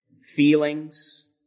feelings